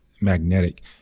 magnetic